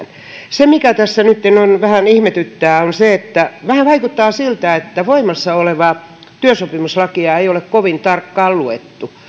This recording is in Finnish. se mikä tässä nytten vähän ihmetyttää on se että vähän vaikuttaa siltä että voimassa olevaa työsopimuslakia ei ole kovin tarkkaan luettu